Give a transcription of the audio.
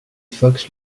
fox